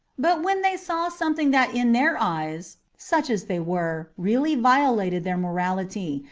but when they saw something that in their eyes, such as they were, really violated their morality,